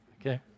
Okay